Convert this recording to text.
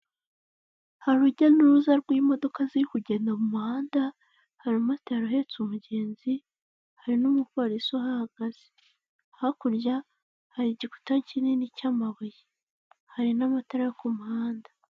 Hari urujya n'uruza rw'imodoka ziri kugenda mu muhanda, hari umumotari uhetse umugenzi, hari n'umupolisi uhahagaze, hakurya, hari igikuta kinini cy'amabuye, hari n'amatara yo ku muhanda.